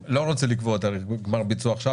אני לא רוצה לקבוע תאריך גמר ביצוע עכשיו